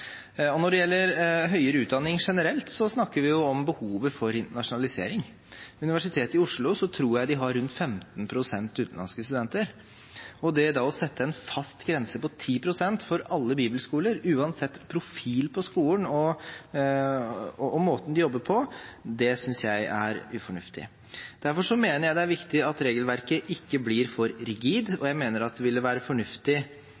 pst. Når det gjelder høyere utdanning generelt, snakker vi om behovet for internasjonalisering. Ved Universitetet i Oslo tror jeg de har rundt 15 pst. utenlandske studenter, og da å sette en fast grense på 10 pst. for alle bibelskoler, uansett profil på skolen og måten de jobber på, synes jeg er ufornuftig. Derfor mener jeg det er viktig at regelverket ikke blir for rigid, og jeg mener det ville være fornuftig